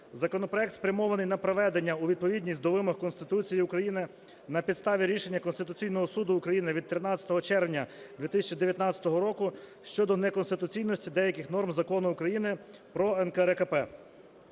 Законопроект спрямований на приведення у відповідність до вимог Конституції України на підставі рішення Конституційного Суду України від 13 червня 2019 року щодо неконституційності деяких норм Закону України про НКРЕКП.